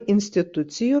institucijų